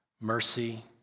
mercy